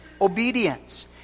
obedience